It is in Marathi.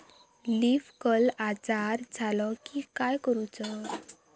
लीफ कर्ल आजार झालो की काय करूच?